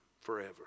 forever